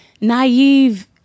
naive